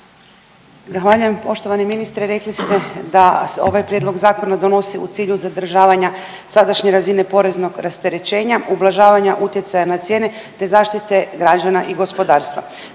Zahvaljujem. Poštovani ministre rekli ste da se ovaj prijedlog zakona donosi u cilju zadržavanja sadašnje razine poreznog rasterećenja, ublažavanja utjecaja na cijene, te zaštite građana i gospodarstva.